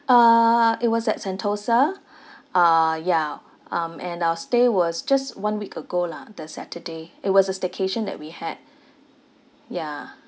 uh it was at sentosa uh ya um and our stay was just one week ago lah the saturday it was a staycation that we had ya